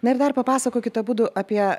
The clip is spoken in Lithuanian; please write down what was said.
na ir dar papasakokit abudu apie